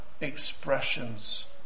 expressions